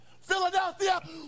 Philadelphia